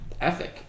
ethic